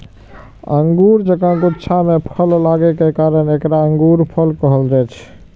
अंगूर जकां गुच्छा मे फल लागै के कारण एकरा अंगूरफल कहल जाइ छै